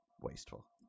Wasteful